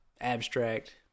abstract